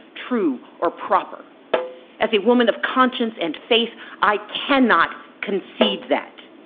true or proper as a woman of conscience and faith. i cannot concede that.